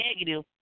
negative